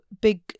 big